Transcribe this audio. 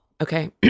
Okay